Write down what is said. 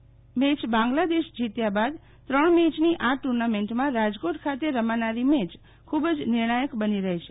પ્રથમ મેય બાંગ્લાદેશ જીત્યાબાદ ત્રણ મેચની આ ટુર્નામેન્ટમાં રાજકોટ ખાતે રમાનારી મેય ખૂબ જ નિર્ણાયક બનીરહેશે